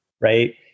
right